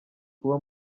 kuba